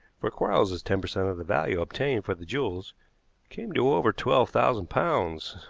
for quarles's ten per cent. of the value obtained for the jewels came to over twelve thousand pounds.